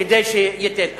כדי שייתן.